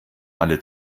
alle